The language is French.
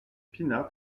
pinard